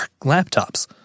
laptops